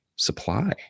supply